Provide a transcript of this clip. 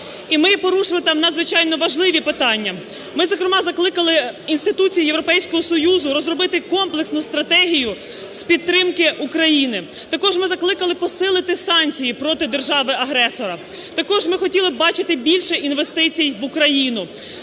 І ми порушили там надзвичайно важливі питання. Ми, зокрема, закликали інституції Європейського Союзу розробити комплексну стратегію з підтримки України. Також ми закликали посилити санкції проти держави-агресора. Також ми хотіли б бачити більше інвестицій в Україну